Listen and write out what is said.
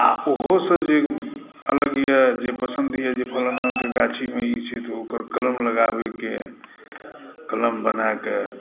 आ ओहोसँ जे अलग यए जे पसन्द यए जे फ़लानाके गाछीमे ई छै तऽ ओकर कलम लगाबयके कलम बना कऽ